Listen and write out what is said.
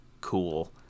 Cool